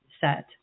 set